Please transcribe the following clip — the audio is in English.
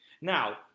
now